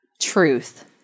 truth